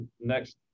next